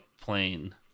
plane